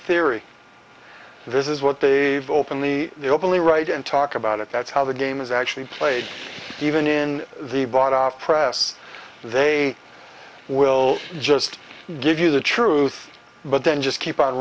ory this is what they've openly they openly write and talk about it that's how the game is actually played even in the bought off press they will just give you the truth but then just keep on